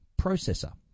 processor